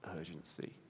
urgency